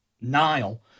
nile